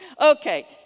Okay